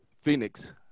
Phoenix